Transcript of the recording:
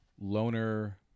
loner